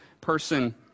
person